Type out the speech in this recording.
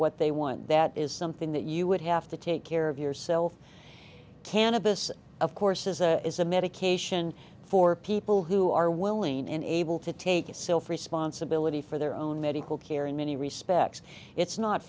what they want that is something that you would have to take care of yourself cannabis of course is a medication for people who are willing and able to take itself responsibility for their own medical care in many respects it's not